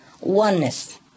oneness